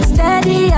Steady